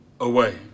away